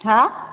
हा